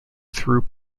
through